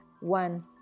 one